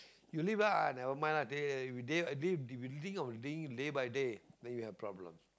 you live lah never mind lah day if you you think of living day by day then you have problem